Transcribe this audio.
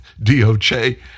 DOJ